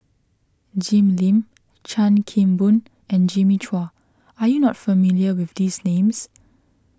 Jim Lim Chan Kim Boon and Jimmy Chua are you not familiar with these names